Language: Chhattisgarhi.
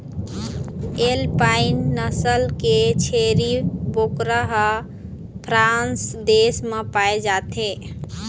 एल्पाइन नसल के छेरी बोकरा ह फ्रांस देश म पाए जाथे